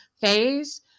phase